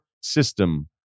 system